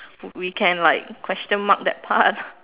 we can like question mark that part